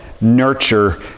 nurture